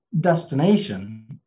destination